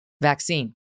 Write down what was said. vaccine